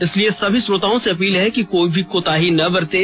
इसलिए सभी श्रोताओं से अपील है कि कोई भी कोताही ना बरतें